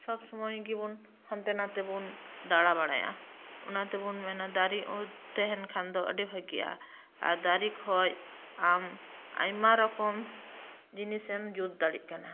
ᱥᱚᱵ ᱥᱳᱢᱚᱭ ᱜᱮ ᱦᱟᱱᱛᱮ ᱱᱟᱛᱮ ᱵᱚᱱ ᱫᱟᱲᱟ ᱵᱟᱲᱟᱭᱟ ᱚᱱᱟ ᱛᱮᱵᱚᱱ ᱢᱮᱱᱟ ᱫᱟᱨᱮ ᱩᱫ ᱛᱟᱦᱮᱸᱱ ᱠᱷᱟᱡ ᱫᱚ ᱟᱹᱰᱤ ᱵᱷᱟᱹᱜᱤᱜᱼᱟ ᱫᱟᱨᱮ ᱠᱷᱚᱱ ᱟᱢ ᱟᱭᱢᱟ ᱨᱚᱠᱚᱢ ᱡᱤᱱᱤᱥᱮᱢ ᱡᱩᱛ ᱫᱟᱲᱮᱜ ᱠᱟᱱᱟ